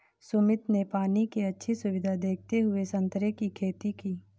सुमित ने पानी की अच्छी सुविधा देखते हुए संतरे की खेती की